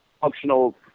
functional